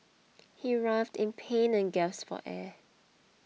he writhed in pain and gasped for air